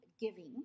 giving